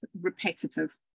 repetitive